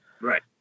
right